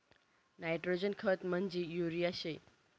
nitrogen खत म्हंजी urea शे